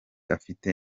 afite